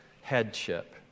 headship